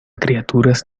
criaturas